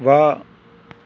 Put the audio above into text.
ਵਾਹ